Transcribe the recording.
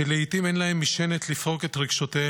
שלעיתים אין להם משענת, לפרוק את רגשותיהם.